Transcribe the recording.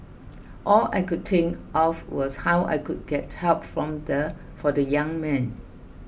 all I could think of was how I could get help from the for the young man